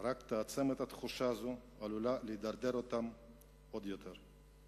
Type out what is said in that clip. רק תעצים את התחושה הזאת ועלולה לדרדר אותם עוד יותר.